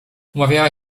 umawiała